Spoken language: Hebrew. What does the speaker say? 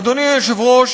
אדוני היושב-ראש,